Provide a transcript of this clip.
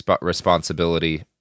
responsibility